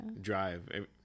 drive